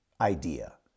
idea